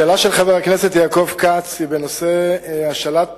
ביום כ"ט בכסלו התש"ע (16 בדצמבר 2009):